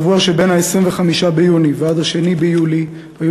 בשבוע שבין 25 ביוני ועד 2 ביוני היו